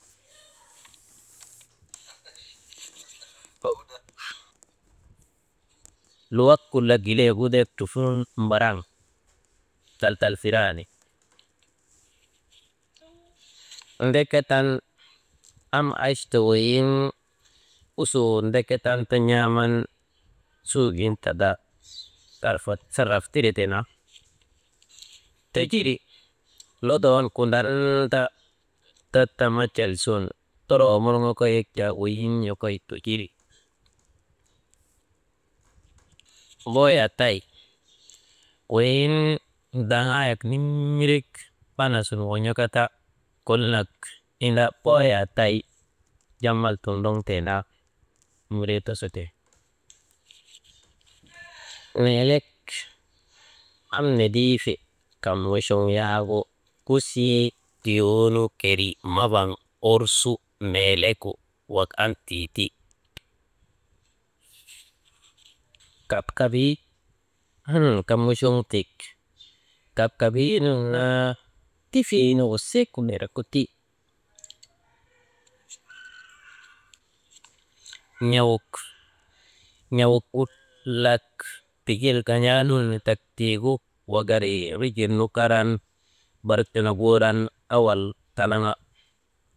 Luwak kulak ileegu deek turfunun mbaraŋ tal tal ziran ndeketan, am achta weyiŋ usoo ndeketan ti n̰aaman suugin tata saraf tiretee naa, tojiri lodoo nu Kundan ta tatami celsun toroo morŋoka yak jaa weyiŋ yokoy tojiri. Booyoo tay weyiŋ daŋaayek nimirek buna sun won̰okata kol nat inda booyaa tay jamal tondroŋtee naa nimiree tisote. Weelek am nediife kaŋ muchoŋ yaagu kusii tiyoonu keri mabaŋ orsu meelegu wak an tii ti. Kapkabii «hesitation» kaŋ muchoŋ tik kapkabii nun naa tifii nuŋu sek nirgu ti. N̰awuk, n̰awuk kulak tigin gan̰aanun nindak tiigu wakari rijil nu karan barik tenegu wuran owol tanaŋa.